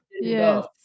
Yes